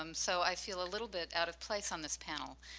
um so i feel a little bit out of place on this panel.